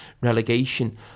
relegation